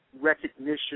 recognition